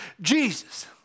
Jesus